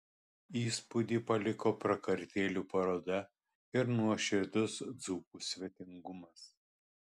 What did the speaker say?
įspūdį paliko prakartėlių paroda ir nuoširdus dzūkų svetingumas